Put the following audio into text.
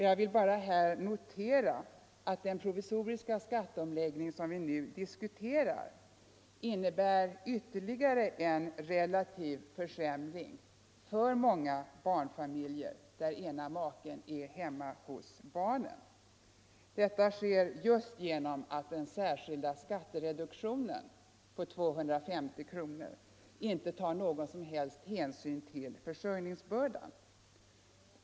Jag vill bara här notera att den provisoriska skatteomläggning som vi nu diskuterar innebär ytterligare en relativ försämring för många barnfamiljer där ena maken är hemma hos barnen. Detta sker just genom att den särskilda skattereduktionen på 250 kronor inte tar någon som helst hänsyn till försörjningsbördan.